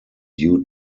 due